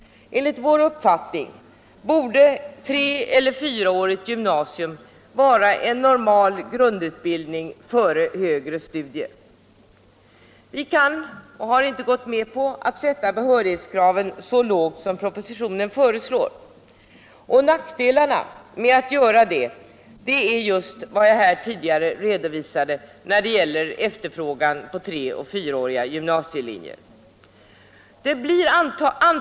Enligt vår uppfattning borde treeller fyraårigt gymnasium vara en normal grundutbildning före högre studier. Vi har inte och kan inte gå med på att sätta behörighetskraven så lågt som propositionen föreslår. Nackdelen med att göra det är att det påverkar efterfrågan på treoch fyraåriga gymnasielinjer.